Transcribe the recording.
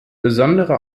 besondere